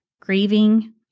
grieving